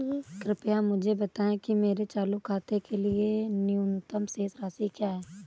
कृपया मुझे बताएं कि मेरे चालू खाते के लिए न्यूनतम शेष राशि क्या है?